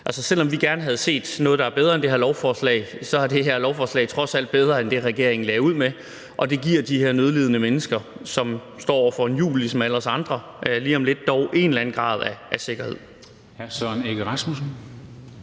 Selv om vi gerne havde set noget, der er bedre end det her lovforslag, så tror jeg, at det her lovforslag trods alt er bedre end det, som regeringen lagde ud med, og det giver de her nødlidende mennesker, som – ligesom alle os andre – lige om lidt står over for en jul, dog en eller anden grad af sikkerhed.